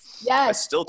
Yes